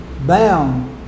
Bound